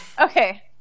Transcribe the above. Okay